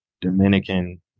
Dominican